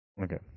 Okay